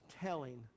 telling